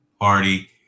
party